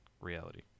Reality